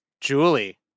julie